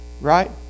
right